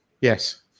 Yes